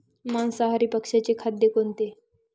मांसाहारी पक्ष्याचे खाद्य कोणते?